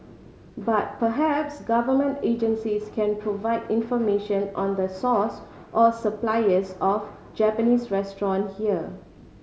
but perhaps Government agencies can provide information on the source or suppliers of Japanese restaurant here